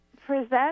present